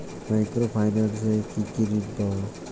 Micro finance এ কি কি ঋণ পাবো?